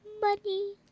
money